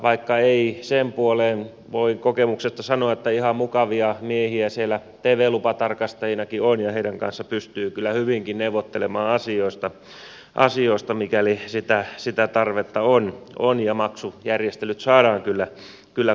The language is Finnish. vaikka ei sen puoleen voin kokemuksesta sanoa että ihan mukavia miehiä siellä tv lupatarkastajinakin on ja heidän kanssaan pystyy kyllä hyvinkin neuvottelemaan asioista mikäli sitä tarvetta on ja maksujärjestelyt saadaan kyllä kuntoon